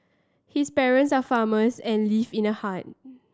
his parents are farmers and live in a hut